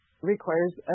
requires